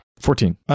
Fourteen